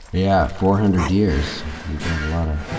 yeah, four hundred years. you get a lot of.